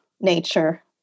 nature